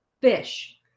fish